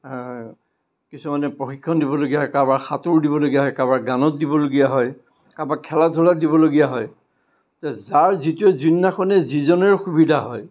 কিছুমানে প্ৰশিক্ষণ দিবলগীয়া হয় কাৰোবাক সাঁতোৰ দিবলগীয়া হয় কাৰোবাক গানত দিবলগীয়া হয় কাৰোবাক খেলা ধূলাত দিবলগীয়া হয় এতিয়া যাৰ যিটো যোনদিনাখনে যিজনৰে সুবিধা হয়